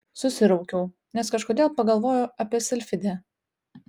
susiraukiau nes kažkodėl pagalvojau apie silfidę